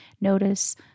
Notice